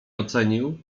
ocenił